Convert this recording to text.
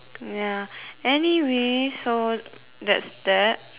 ya anyway so that's that